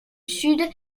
sud